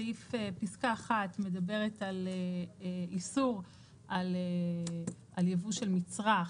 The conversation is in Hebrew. פסקה 1 מדברת על איסור של ייבוא של מצרך,